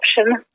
option